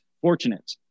fortunate